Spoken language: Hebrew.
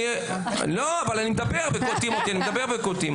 אני מדבר וקוטעים אותי, אני מדבר וקוטעים אותי.